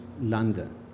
London